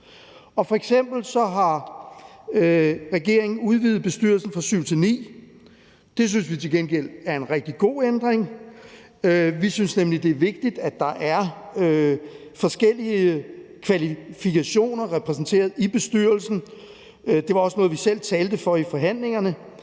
hinanden. Så har regeringen udvidet bestyrelsen fra 7 til 9 medlemmer. Det synes vi til gengæld er en rigtig god ændring. Vi synes nemlig, det er vigtigt, at der er forskellige kvalifikationer repræsenteret i bestyrelsen. Det var også noget, vi selv talte for i forhandlingerne,